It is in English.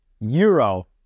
Euro